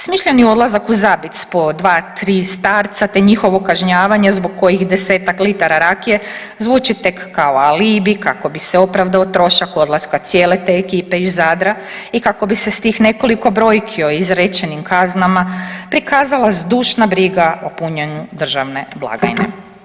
Smišljeni odlazak u zabit s po dva, tri starca te njihovo kažnjavanje zbog kojih 10-tak litara rakije zvuči tek kao alibij kako bi se opravdao trošak odlaska cijele te ekipe iz Zadra i kako bi se s tih nekoliko brojki o izrečenim kaznama prikazala zdušna briga o punjenju državne blagajne.